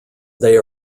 they